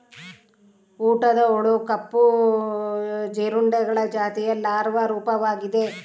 ಊಟದ ಹುಳು ಕಪ್ಪು ಜೀರುಂಡೆಗಳ ಜಾತಿಯ ಲಾರ್ವಾ ರೂಪವಾಗಿದೆ